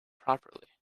properly